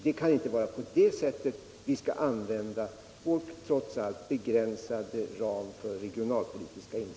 Det kan inte vara på det sättet vi skall använda vår trots allt begränsade ram för regionalpolitiska insatser.